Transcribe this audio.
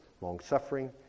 long-suffering